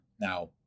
Now